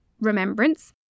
remembrance